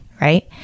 right